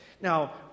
Now